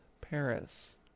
paris